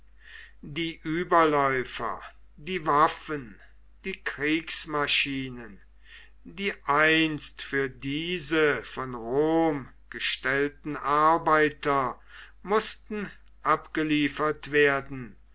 die überläufer die waffen die kriegsmaschinen die einst für diese von rom gestellten arbeiter maßten abgeliefert werden